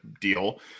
deal